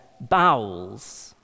bowels